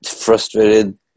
frustrated